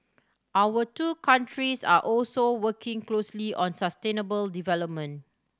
our two countries are also working closely on sustainable development